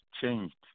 changed